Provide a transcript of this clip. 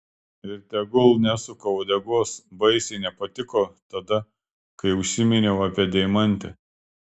ir tegul nesuka uodegos baisiai nepatiko tada kai užsiminiau apie deimantę